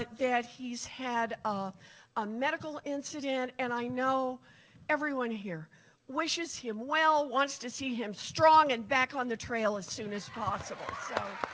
that he's had ah a medical incident and i know everyone here wishes him well, wants to see him strong and back on the trail as soon as possible.